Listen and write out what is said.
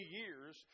years